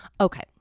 Okay